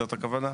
זאת הכוונה?